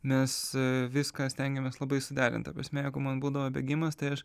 mes viską stengiamės labai suderint ta prasme jeigu man būdavo bėgimas tai aš